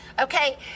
okay